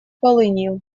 полынью